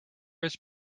his